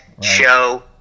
show